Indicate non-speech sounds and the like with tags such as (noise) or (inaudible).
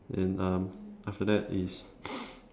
and um after that is (noise)